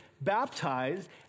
baptized